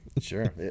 sure